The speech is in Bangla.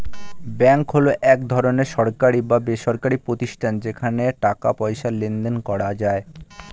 ব্যাঙ্ক হলো এক ধরনের সরকারি বা বেসরকারি প্রতিষ্ঠান যেখানে টাকা পয়সার লেনদেন করা যায়